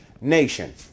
nation